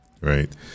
right